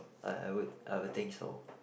I I would I would think so